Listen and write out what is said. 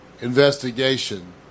investigation